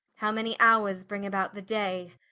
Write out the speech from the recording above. how many houres brings about the day,